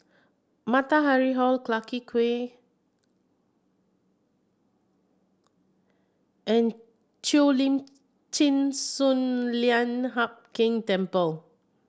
Matahari Hall Clarke Quay and Cheo Lim Chin Sun Lian Hup Keng Temple